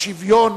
לשוויון,